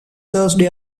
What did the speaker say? thursday